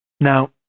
Now